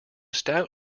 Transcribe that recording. stout